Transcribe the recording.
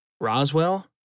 Roswell